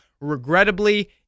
Regrettably